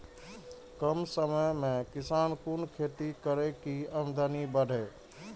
कम समय में किसान कुन खैती करै की आमदनी बढ़े?